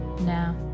now